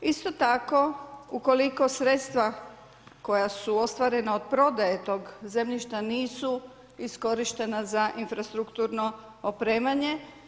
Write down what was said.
Isto tako ukoliko sredstva koja su ostvarena od prodaje tog zemljišta nisu iskorištena za infrastrukturno opremanje.